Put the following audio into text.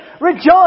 rejoice